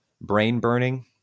brain-burning